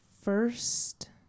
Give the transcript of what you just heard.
First